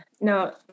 no